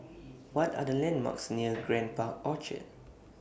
What Are The landmarks near Grand Park Orchard